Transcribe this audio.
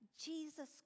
Jesus